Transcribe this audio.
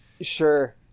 Sure